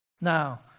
Now